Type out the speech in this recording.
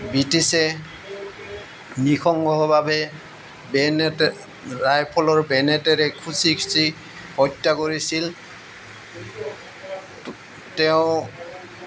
ব্ৰিটিছে বেনেট ৰাইফলৰ বেনেটেৰে খুচি খুচি হত্যা কৰিছিল তেওঁ